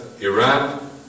Iran